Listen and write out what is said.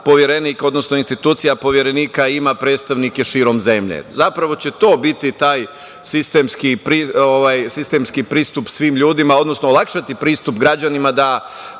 odnosno institucija Poverenika ima predstavnike širom zemlje. Zapravo će to biti taj sistemski pristup svim ljudima, odnosno olakšati pristup građanima da